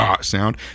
sound